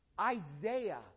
Isaiah